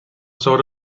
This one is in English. sort